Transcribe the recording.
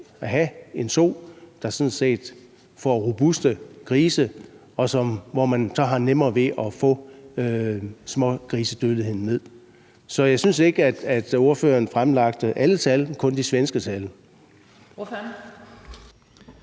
at have en so, der får robuste grise, og her har man så nemmere ved at få smågrisedødeligheden ned. Så jeg synes ikke, at ordføreren fremlagde alle tal, men kun de svenske tal.